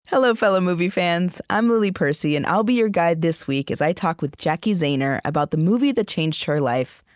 hello, fellow movie fans. i'm lily percy, and i'll be your guide this week as i talk with jacki zehner about the movie that changed her life,